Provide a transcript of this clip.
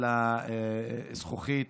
הזכוכית